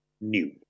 new